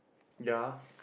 ya